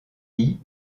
lee